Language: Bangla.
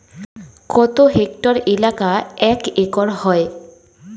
কত হেক্টর এলাকা এক একর হয়?